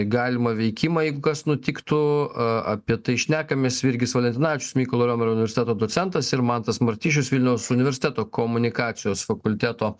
galimą veikimą jeigu kas nutiktų apie tai šnekamės virgis valentinavičius mykolo romerio universiteto docentas ir mantas martišius vilniaus universiteto komunikacijos fakulteto